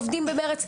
עובדים במרץ.